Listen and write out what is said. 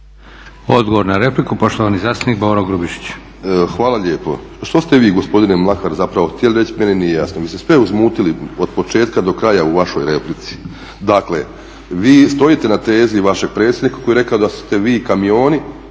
Odgovor na repliku, poštovani zastupnik Boro Grubišić. **Grubišić, Boro (HDSSB)** Hvala lijepo. Što ste vi gospodine Mlakar zapravo htjeli reći, meni nije jasno. Vi ste sve uzmutili od početka do kraja u vašoj replici. Dakle, vi stojite na tezi vašeg predsjednika koji je rekao da ste vi kamioni